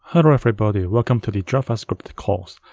hello everybody, welcome to the javascript course.